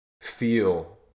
feel